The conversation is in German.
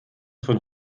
von